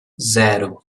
zero